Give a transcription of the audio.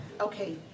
Okay